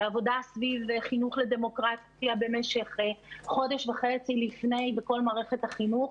ועבודה סביב חינוך לדמוקרטיה במשך חודש וחצי בכל מערכת החינוך,